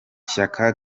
shyaka